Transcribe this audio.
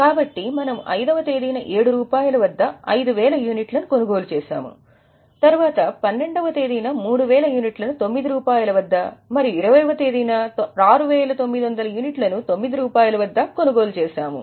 కాబట్టి మనము 5 వ తేదీన 7 రూపాయలు వద్ద 5000 యూనిట్లను కొనుగోలు చేసాము తరువాత 12 వ తేదీన 3000 యూనిట్లను 9 రూపాయలు వద్ద మరియు 20 వ తేదీన 6900 యూనిట్లను 9 రూపాయలు వద్ద కొనుగోలు చేసాము